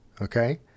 Okay